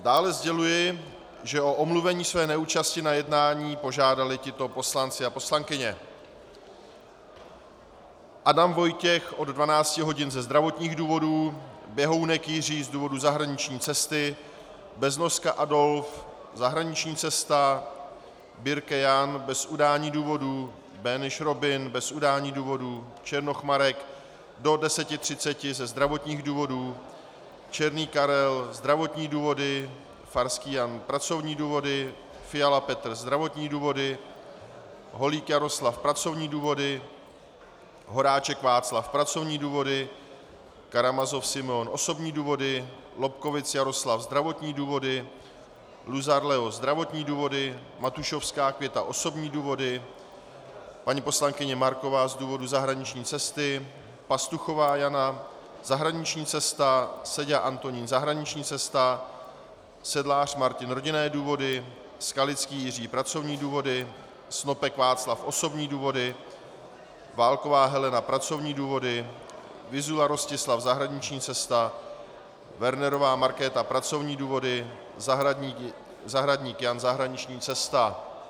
Dále sděluji, že o omluvení své neúčasti na jednání požádali tito poslanci a poslankyně: Adam Vojtěch od 12 hodin ze zdravotních důvodů, Běhounek Jiří z důvodu zahraniční cesty, Beznoska Adolf zahraniční cesta, Birke Jan bez udání důvodu, Böhnisch Robin bez udání důvodu, Černoch Marek do 10.30 ze zdravotních důvodů, Černý Karel zdravotní důvody, Farský Jan pracovní důvody, Fiala Petr zdravotní důvody, Holík Jaroslav pracovní důvody, Horáček Václav pracovní důvody, Karamazov Simeon osobní důvody, Lobkowicz Jaroslav zdravotní důvody, Luzar Leo zdravotní důvody, Matušovská Květa osobní důvody, paní poslankyně Marková z důvodu zahraniční cesty, Pastuchová Jana zahraniční cesta, Seďa Antonín zahraniční cesta, Sedlář Martin rodinné důvody, Skalický Jiří pracovní důvody, Snopek Václav osobní důvody, Válková Helena pracovní důvody, Vyzula Rostislav zahraniční cesta, Wernerová Markéta pracovní důvody, Zahradník Jan zahraniční cesta.